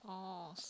oh